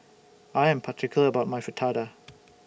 I Am particular about My Fritada